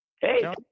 Hey